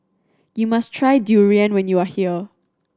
you must try durian when you are here